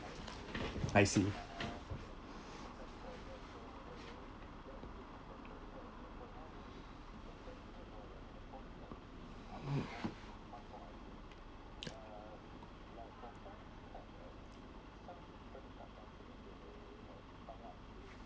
I see